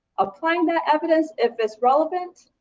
applying that evidence if it's relevant,